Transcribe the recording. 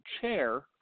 CHAIR